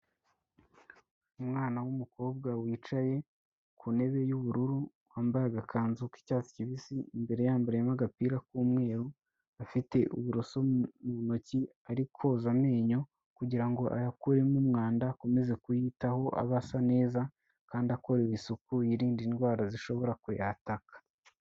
Umwana w'umukobwa wicaye ku ntebe y'ubururu, wambaye agakanzu k'icyatsi kibisi imbere yambariyemo agapira k'umweru, afite uburoso mu ntoki ari koza amenyo kugira ngo ayakuremo umwanda akomeze kuyitaho aba asa neza kandi akorewe isuku, yirinde indwara zishobora kuyataka.